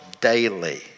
daily